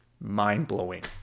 Mind-blowing